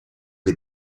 che